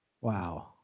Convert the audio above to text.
Wow